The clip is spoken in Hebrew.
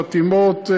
חתימות,